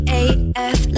af